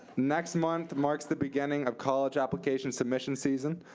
next month marks the beginning of college application submission season.